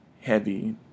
heavy